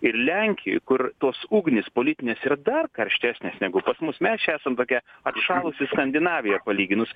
ir lenkijoj kur tos ugnys politinės yra dar karštesnės negu pas mus mes čia esam tokia atšalusi skandinavija palyginus